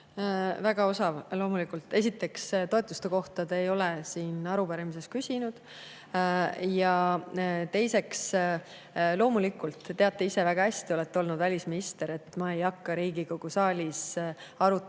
Väga osav, loomulikult. Esiteks, toetuste kohta te ei ole siin arupärimises küsinud. Ja teiseks, te teate ise väga hästi, olete olnud välisminister, et ma ei hakka Riigikogu saalis arutama,